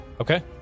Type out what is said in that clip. Okay